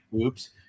Oops